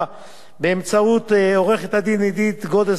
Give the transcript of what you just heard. באמצעות עורכת-הדין עידית גודס-גרינבאום,